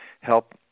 help